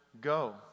go